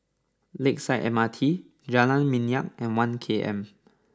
Lakeside M R T Jalan Minyak and One K M